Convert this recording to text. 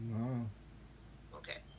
okay